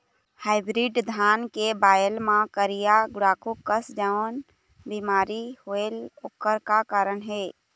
Hybrid धान के बायेल मां करिया गुड़ाखू कस जोन बीमारी होएल ओकर का कारण हे?